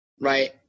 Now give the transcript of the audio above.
Right